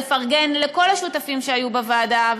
לפרגן לכל השותפים שהיו בוועדה,